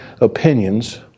opinions